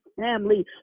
family